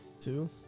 Two